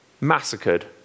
massacred